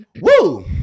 Woo